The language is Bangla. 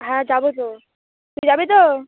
হ্যাঁ যাবো তো তুই যাবি তো